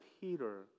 Peter